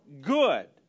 good